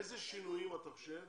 איזה שינויים אתה חושב